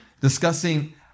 discussing